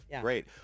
Great